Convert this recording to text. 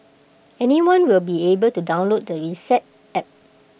anyone will be able to download the reset app